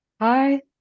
Hi